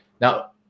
Now